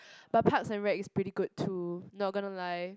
but Parks and Rec is pretty good too not gonna lie